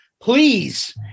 please